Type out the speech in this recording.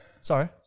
Sorry